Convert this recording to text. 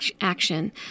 action